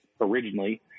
originally